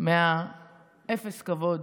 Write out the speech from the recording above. מאפס הכבוד